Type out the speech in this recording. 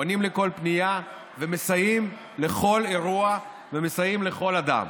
עונים על כל פנייה ומסייעים בכל אירוע ומסייעים לכל אדם.